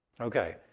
Okay